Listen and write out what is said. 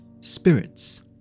spirits